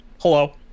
Hello